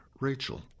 Rachel